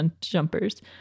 jumpers